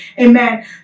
Amen